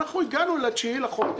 אנחנו הגענו ל-9 לחודש.